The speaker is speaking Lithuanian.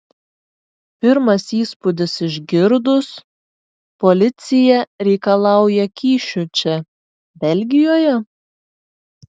pirmas įspūdis išgirdus policija reikalauja kyšių čia belgijoje